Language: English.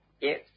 Yes